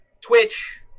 Twitch